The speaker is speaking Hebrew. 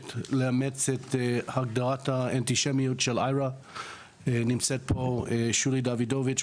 לאמץ את הגדרת האנטישמיות של IHRA. נמצאת פה שולי דוידוביץ',